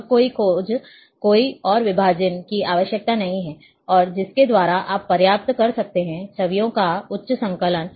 अब कोई खोज कोई और विभाजन की आवश्यकता नहीं है और जिसके द्वारा आप प्राप्त कर सकते हैं छवियों का उच्च संकलन